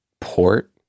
port